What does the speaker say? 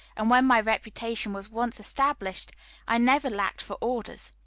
and when my reputation was once established i never lacked for orders.